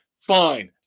fine